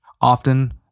Often